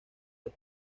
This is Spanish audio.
los